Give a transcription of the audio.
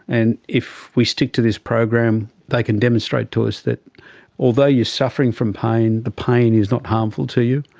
and if we stick to this program they can demonstrate to us that although you are suffering from pain, the pain is not harmful to you.